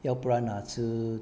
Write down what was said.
要不然 ah 吃